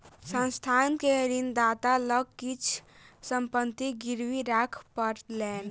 संस्थान के ऋणदाता लग किछ संपत्ति गिरवी राखअ पड़लैन